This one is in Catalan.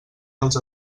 dels